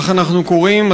כך אנחנו קוראים,